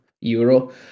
euro